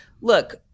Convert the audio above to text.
look